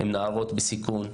עם נערות בסיכון,